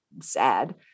sad